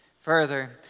Further